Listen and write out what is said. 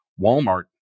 Walmart